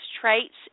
traits